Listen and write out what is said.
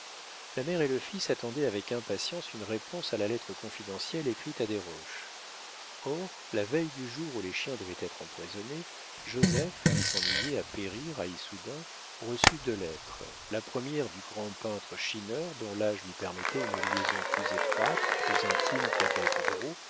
la mère et le fils attendaient avec impatience une réponse à la lettre confidentielle écrite à desroches or la veille du jour où les chiens devaient être empoisonnés joseph qui s'ennuyait à périr à issoudun reçut deux lettres la première du grand peintre schinner dont l'âge lui permettait une liaison plus étroite plus intime qu'avec gros